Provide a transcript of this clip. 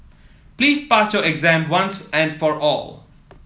please pass your exam once and for all